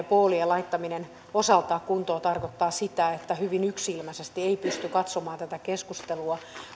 poolien laittaminen osaltaan kuntoon tarkoittaa sitä että hyvin yksisilmäisesti ei pysty katsomaan tätä keskustelua